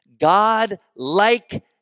God-like